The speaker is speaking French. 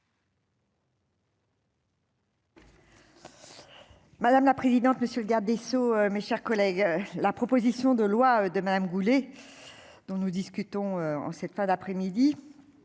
Madame la présidente, monsieur le garde des sceaux, mes chers collègues, la proposition de loi de Madame Goulet dont nous discutons en cette fin d'après-midi,